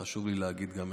וחשוב לי להגיד גם איפה.